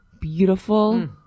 beautiful